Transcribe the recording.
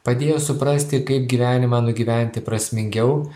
padėjo suprasti kaip gyvenimą nugyventi prasmingiau